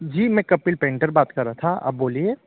जी मैं कपिल पेंटर बात कर रहा था आप बोलिए